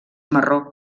marró